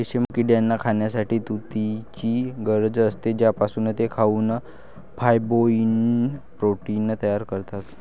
रेशीम किड्यांना खाण्यासाठी तुतीची गरज असते, ज्यापासून ते खाऊन फायब्रोइन प्रोटीन तयार करतात